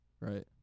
right